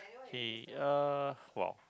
uh !wow!